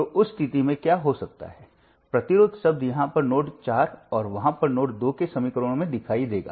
तो उस स्थिति में क्या हो सकता है प्रतिरोध शब्द यहाँ पर नोड 4 और वहाँ पर नोड 2 के समीकरणों में दिखाई देगा